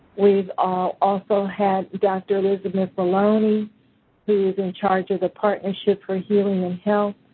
we've ah also had dr. elizabeth maloney who is in charge of the partnership for healing and health.